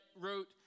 wrote